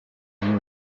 nommée